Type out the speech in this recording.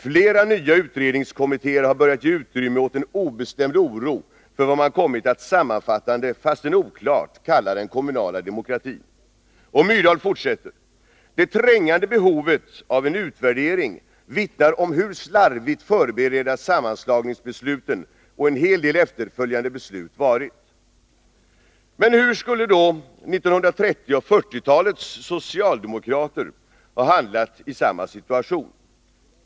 Flera nya utredningskommittéer har börjat ge utrymme åt en obestämd oro för vad man kommit att sammanfattande, fastän oklart, kalla ”den kommunala demokratin”. Myrdal fortsätter: ”Det trängande behovet av en utvärdering vittnar om hur slarvigt förberedda sammanslagningsbesluten och en hel del efterföljande beslut varit.” 2 Men hur skulle då 1930 och 1940-talens socialdemokrater ha handlat i samma situation?